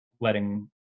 letting